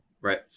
right